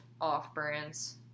Off-brands